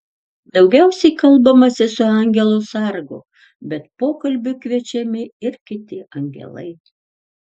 daugiausiai kalbamasi su angelu sargu bet pokalbiui kviečiami ir kiti angelai